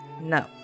No